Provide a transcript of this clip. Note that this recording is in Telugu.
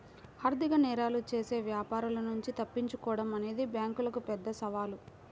ఆర్థిక నేరాలు చేసే వ్యాపారుల నుంచి తప్పించుకోడం అనేది బ్యేంకులకు పెద్ద సవాలు